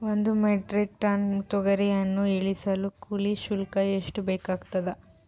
ಒಂದು metric tonne ತೊಗರಿಯನ್ನು ಇಳಿಸಲು ಕೂಲಿ ಶುಲ್ಕ ಎಷ್ಟು ಬೇಕಾಗತದಾ?